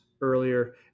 earlier